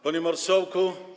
Panie Marszałku!